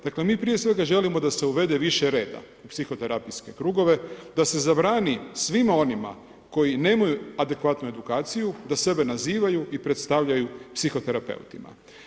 Dakle mi prije svega želimo da se uvede više reda u psihoterapijske krugove, da se zabrani svima onima koji nemaju adekvatnu edukaciju da sebe nazivaju i predstavljaju psihoterapeutima.